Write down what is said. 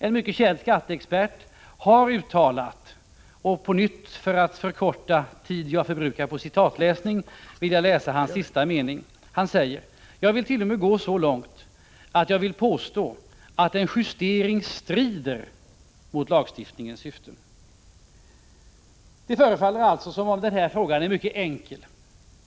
För att ytterligare spara tid skall jag bara citera den sista meningen i en mycket känd skatteexperts uttalande: ”Jag vill t.o.m. gå så långt, att jag vill påstå att en justering strider mot lagstiftningens syften.” Det förefaller alltså som om denna fråga är mycket enkel.